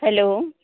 hello